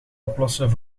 oplossen